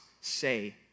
say